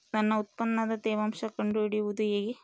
ನನ್ನ ಉತ್ಪನ್ನದ ತೇವಾಂಶ ಕಂಡು ಹಿಡಿಯುವುದು ಹೇಗೆ?